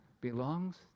belongs